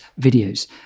videos